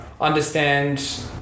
understand